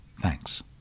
Thanks